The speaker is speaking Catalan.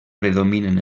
predominen